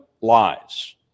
lies